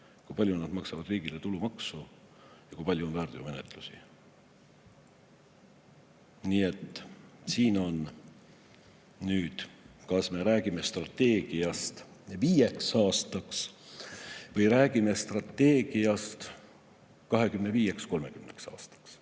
kui palju nad maksavad riigile tulumaksu ja kui palju on väärteomenetlusi. Nii et siin on nüüd [küsimus], kas me räägime strateegiast 5 aastaks või räägime strateegiast 25, 30 aastaks.